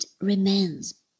remains